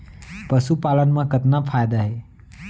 पशुपालन मा कतना फायदा हे?